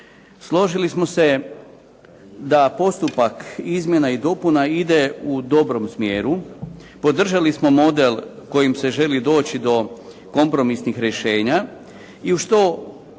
Složili smo se da postupak izmjena i dopuna ide u dobrom smjeru. Podržali smo model kojim se želi doći do kompromisnih rješenja i u što vjerujemo